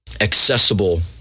accessible